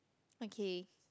okay